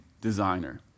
designer